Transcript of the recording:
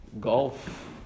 golf